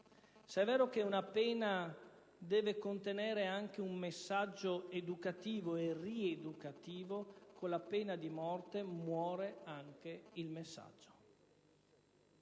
Se è vero che una pena deve contenere anche un messaggio educativo e rieducativo, con la pena di morte muore anche il messaggio.